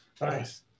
nice